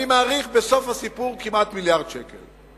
אני מעריך, בסוף הסיפור, כמעט מיליארד שקל.